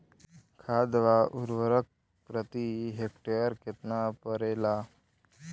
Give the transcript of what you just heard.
खाद व उर्वरक प्रति हेक्टेयर केतना परेला?